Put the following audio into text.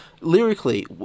Lyrically